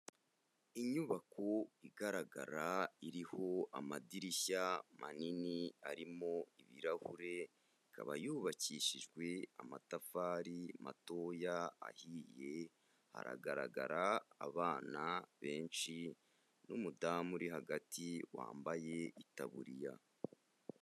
Inyubako igaragara iriho amadirishya manini arimo ibirahure, ikaba yubakishijwe amatafari matoya ahiye, haragaragara abana benshi n'umudamu uri hagati wambaye itaburiya.